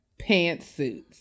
pantsuits